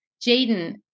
Jaden